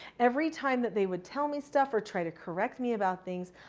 every time that they would tell me stuff or try to correct me about things,